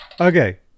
Okay